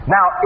Now